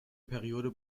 periode